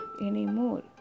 anymore